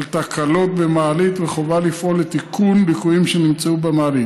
על תקלות במעלית וחובה לפעול לתיקון ליקויים שנמצאו במעלית.